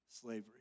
slavery